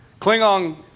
Klingon